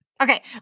Okay